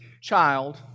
child